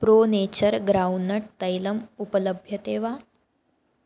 pro Nature groundnut तैलम् उपलभ्यते वा